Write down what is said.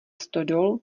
stodol